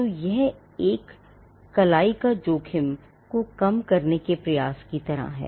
तो यह एक कलाई का जोखिम को कम करने के प्रयास की तरह है